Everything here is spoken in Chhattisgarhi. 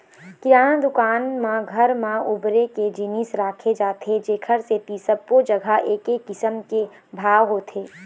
किराना दुकान म घर म बउरे के जिनिस राखे जाथे जेखर सेती सब्बो जघा एके किसम के भाव होथे